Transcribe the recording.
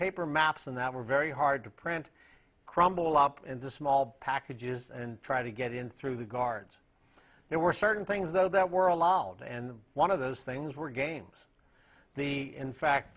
paper maps and that were very hard to print crumble up in the small packages and try to get in through the guards there were certain things though that were allowed and one of those things were games the in fact